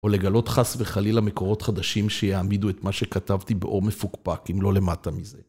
או לגלות חס וחליל מקורות חדשים שיעמידו את מה שכתבתי באור מפוקפק, אם לא למטה מזה.